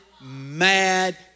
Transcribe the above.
mad